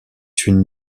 une